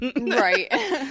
Right